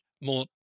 more